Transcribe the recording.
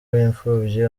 w’imfubyi